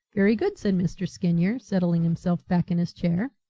very good, said mr. skinyer, settling himself back in his chair.